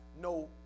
no